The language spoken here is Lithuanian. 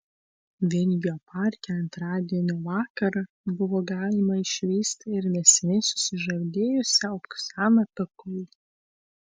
vingio parke antradienio vakarą buvo galima išvysti ir neseniai susižadėjusią oksaną pikul